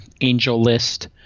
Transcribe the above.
AngelList